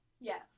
Yes